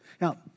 Now